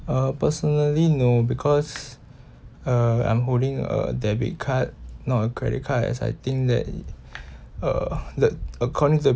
uh personally no because uh I'm holding a debit card not a credit card as I think that uh the according to the